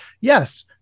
Yes